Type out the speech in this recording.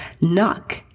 Knock